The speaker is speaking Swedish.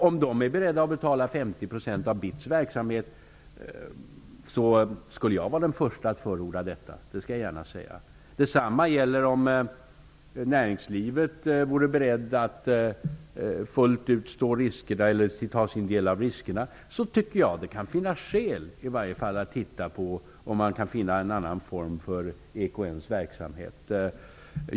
Om näringslivet är berett att betala 50 % av BITS verksamhet är jag den första att förorda detta. Detsamma gäller om näringslivet är berett att fullt ut ta sin del av riskerna. Då tycker jag att det kan finnas skäl att titta på om vi kan finna en annan form för EKN:s verksamhet.